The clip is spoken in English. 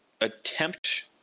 attempt